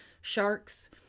sharks